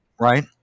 right